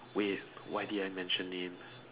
wait why did I mention names